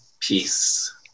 peace